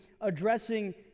addressing